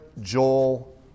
Joel